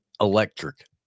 electric